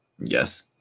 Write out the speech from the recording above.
yes